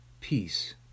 Peace